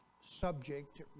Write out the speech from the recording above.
subject